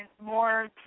more